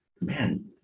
man